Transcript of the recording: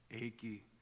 achy